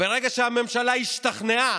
ברגע שהממשלה השתכנעה,